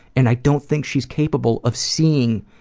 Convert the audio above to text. and i don't think she's capable of seeing